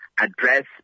address